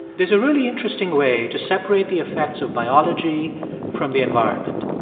there's a really interesting way to separate the effects of biology from the environment.